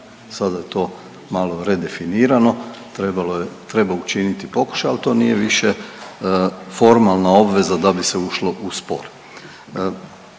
Sada je to malo redefinirano treba učiniti pokušaj, al to nije više formalna obveza da bi se ušlo u spor.